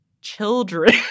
children